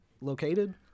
located